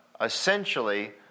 essentially